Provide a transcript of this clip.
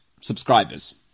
subscribers